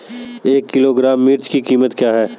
एक किलोग्राम मिर्च की कीमत क्या है?